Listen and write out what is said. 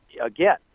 again